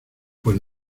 pues